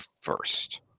first